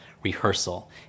rehearsal